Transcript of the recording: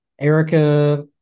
Erica